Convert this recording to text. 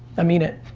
ah mean it,